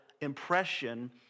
impression